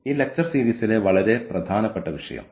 ഈ ലെക്ച്ചർ സീരീസിലെ വളരെ പ്രധാനപ്പെട്ട വിഷയം